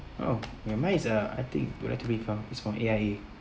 oh ya my is uh I think come it's from A_I_A